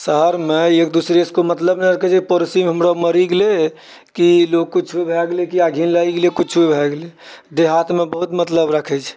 शहरमे एक दूसरेसँ कोइ मतलब नहि रखैत छै पड़ोसी हमरा मरि गेलय कि आओर कुछ भए गेलय यऽ घिन लागि गेलय कुछ भए गेलय देहातमे बहुत मतलब रखैत छै